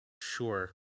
Sure